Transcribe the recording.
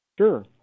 Sure